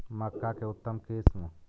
मक्का के उतम किस्म?